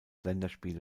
länderspiele